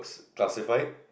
classified